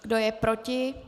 Kdo je proti?